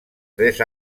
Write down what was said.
tres